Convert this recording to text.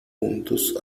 juntos